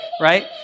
right